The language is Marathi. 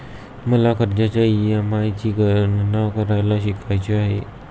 मला कर्जाच्या ई.एम.आय ची गणना करायला शिकायचे आहे